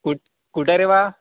कूट कुठं आहे रे बा